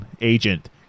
agent